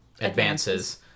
advances